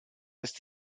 ist